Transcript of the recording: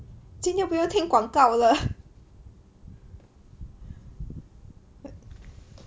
今天不用听广告了